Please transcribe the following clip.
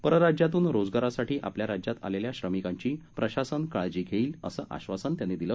परराज्यातून रोजगारासाठी आपल्या राज्यात आलेल्या श्रमिकांची प्रशासन काळजी घेईल असं आश्वासन त्यांनी दिलं